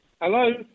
hello